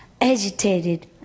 agitated